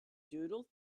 doodle